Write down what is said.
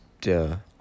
de